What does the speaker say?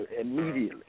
immediately